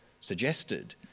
suggested